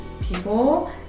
people